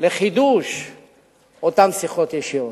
לחידוש אותן שיחות ישירות.